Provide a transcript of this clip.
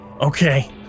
Okay